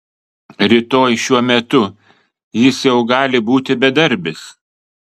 rytoj šiuo metu jis jau gali būti bedarbis